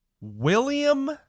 William